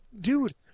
Dude